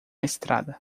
estrada